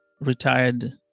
retired